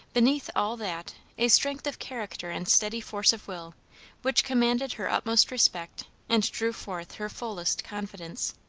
beneath all that, a strength of character and steady force of will which commanded her utmost respect and drew forth her fullest confidence.